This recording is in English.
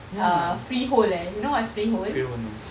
uh freehold eh you know what's freehold